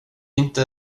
inte